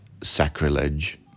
sacrilege